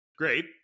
great